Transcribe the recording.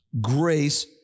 grace